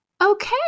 Okay